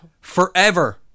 forever